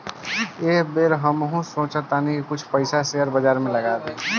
एह बेर हमहू सोचऽ तानी की कुछ पइसा शेयर बाजार में लगा दी